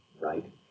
right